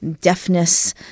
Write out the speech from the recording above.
Deafness